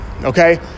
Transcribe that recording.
okay